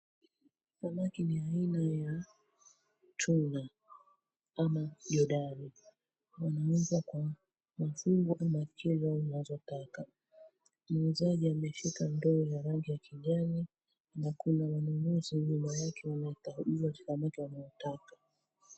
Samaki ni aina ya tuna ama yodari. Wanauzwa kwa machungo ama kilo unazotaka. Muuzaji ameshika ndoo la rangi ya kijani na kuna wanunuzi nyuma yake wanaokagiwa samaki wanaotaka.